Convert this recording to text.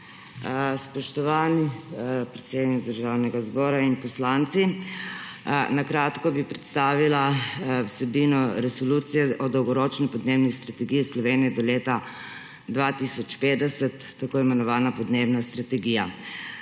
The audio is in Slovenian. Spoštovani predsednik Državnega zbora, poslanke in poslanci! Na kratko bi predstavila vsebino Resolucije o Dolgoročni podnebni strategiji Slovenije do leta 2050, tako imenovano podnebno strategijo.